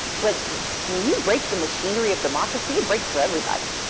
but when you break the machinery of democracy, it breaks for everybody.